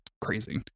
crazy